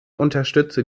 unterstütze